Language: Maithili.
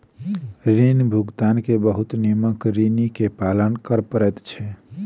ऋण भुगतान के बहुत नियमक ऋणी के पालन कर पड़ैत छै